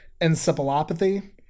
encephalopathy